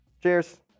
Cheers